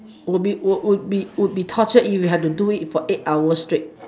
would be would would be would be tortured if you have to do it for eight hour straight